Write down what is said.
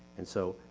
and so,